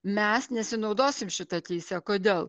mes nesinaudosim šita teise kodėl